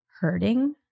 hurting